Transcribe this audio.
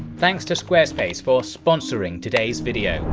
thanks to squarespace for sponsoring today's video!